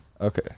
Okay